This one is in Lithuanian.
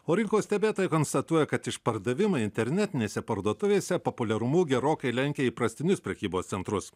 o rinkos stebėtojai konstatuoja kad išpardavimai internetinėse parduotuvėse populiarumu gerokai lenkia įprastinius prekybos centrus